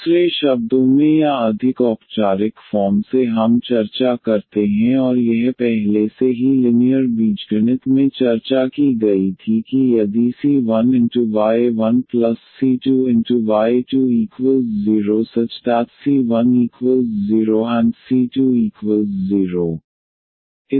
दूसरे शब्दों में या अधिक औपचारिक फॉर्म से हम चर्चा करते हैं और यह पहले से ही लिनीयर बीजगणित में चर्चा की गई थी कि यदि c1y1c2y20⇒c10c20